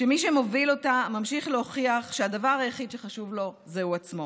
שמי שמוביל אותה ממשיך להוכיח שהדבר היחיד שחשוב לו זה הוא עצמו.